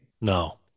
No